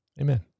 amen